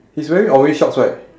he's wearing orange shorts right